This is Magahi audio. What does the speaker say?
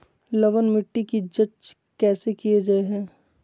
लवन मिट्टी की जच कैसे की जय है?